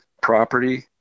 property